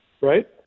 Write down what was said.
right